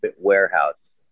warehouse